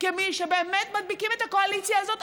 כמי שבאמת מדביקים את הקואליציה הזאת,